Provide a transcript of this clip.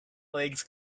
legs